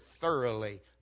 thoroughly